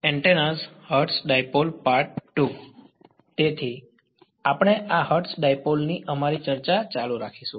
તેથી આપણે આ હર્ટ્ઝ ડાઈપોલ ની અમારી ચર્ચા ચાલુ રાખીશું